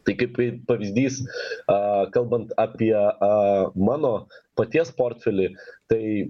taigi kaip į pavyzdys a kalbant apie a mano paties portfelį tai